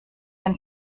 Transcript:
den